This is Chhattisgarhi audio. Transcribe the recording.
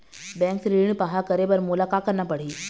बैंक से ऋण पाहां करे बर मोला का करना पड़ही?